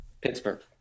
Pittsburgh